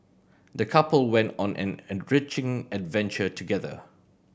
the couple went on an enriching adventure together